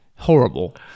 Horrible